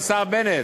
השר בנט,